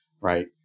right